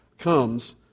comes